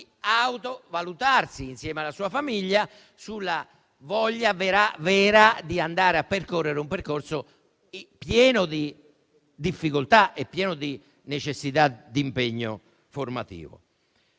autovalutarsi, insieme alla sua famiglia, sulla voglia vera di intramprendere un percorso pieno di difficoltà e di necessità d'impegno formativo.